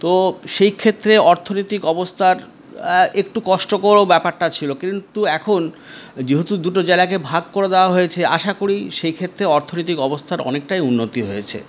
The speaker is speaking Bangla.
তো সেই ক্ষেত্রে অর্থনৈতিক অবস্থার একটু কষ্টকরও ব্যাপারটা ছিল কিন্তু এখন যেহেতু দুটো জেলাকে ভাগ করে দেওয়া হয়েছে আশা করি সেই ক্ষেত্রে অর্থনৈতিক অবস্থার অনেকটাই উন্নতি হয়েছে